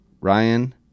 Ryan